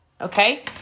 okay